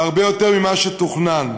הרבה יותר ממה שתוכנן.